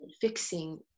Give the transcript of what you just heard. fixing